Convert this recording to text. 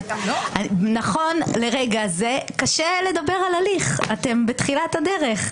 נכון לרגע זה קשה לדבר על הליך, אתם בתחילת הדרך.